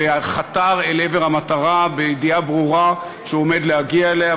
וחתר אל עבר המטרה בידיעה ברורה שהוא עומד להגיע אליה,